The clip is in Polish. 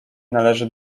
należy